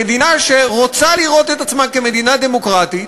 במדינה שרוצה לראות את עצמה כמדינה דמוקרטית,